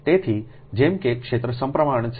તેથી જેમ કે ક્ષેત્ર સપ્રમાણ છે